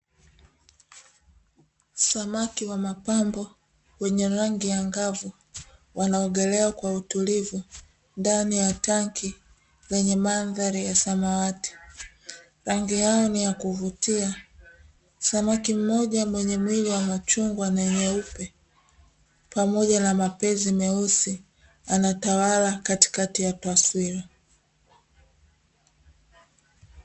Samaki wa mapambo wenye rangi ya angavu wanaongelea kwa utulivu ndani ya tanki lenye mandhari ya samawati, rangi yao ni ya kuvutia, samaki mmoja wenye mwili wa machungwa na nyeupe pamoja na mapezi meusi anatawala katikati ya taswira.